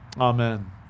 Amen